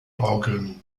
orgeln